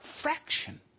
fraction